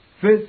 Fifth